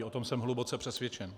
O tom jsem hluboce přesvědčen.